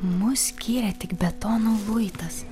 mus skyrė tik betono luitas